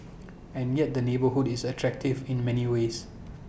and yet the neighbourhood is attractive in many ways